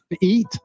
Eat